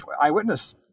eyewitness